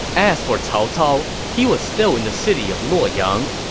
as for cao cao, he was still in the city of luoyang.